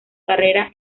carrera